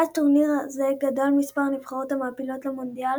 מאז טורניר זה גדל מספר הנבחרות המעפילות למונדיאל